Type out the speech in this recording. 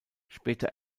später